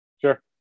Sure